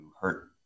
hurt